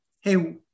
hey